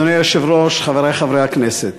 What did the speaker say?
אדוני היושב-ראש, חברי חברי הכנסת,